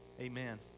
Amen